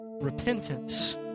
repentance